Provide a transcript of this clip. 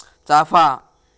चाफा